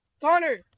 Connor